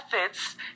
methods